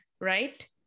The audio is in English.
right